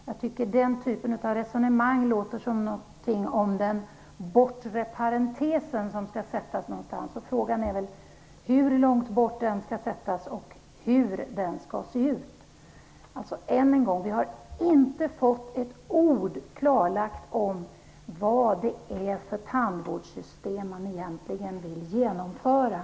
Den typen av resonemang låter som något av en bortre parentes som skall sättas någonstans. Frågan är hur långt bort den skall sättas och hur den skall se ut. Jag vill än en gång säga att vi inte med ett ord har fått klarlagt vad det är för tandvårdssystem som man egentligen vill genomföra.